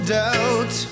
doubt